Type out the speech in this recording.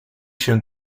się